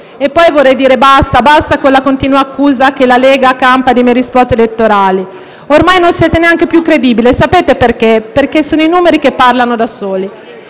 E poi vorrei dire basta: basta con la continua accusa che la Lega campa di meri *spot* elettorali. Ormai non siete neanche più credibili, e sapete perché? Perché sono i numeri che parlano da soli.